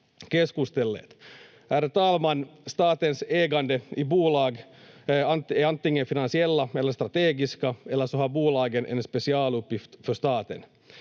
keskustelleet. Ärade talman! Statens ägande i bolag är antingen finansiella eller strategiska eller så har bolagen en specialuppgift för staten.